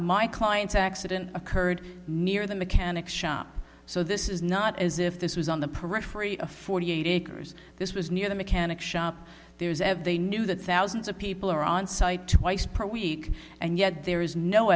my clients accident occurred near the mechanic's shop so this is not as if this was on the periphery of forty eight acres this was near the mechanic's shop there's ever they knew the thousands of people are onsite twice per week and yet there is no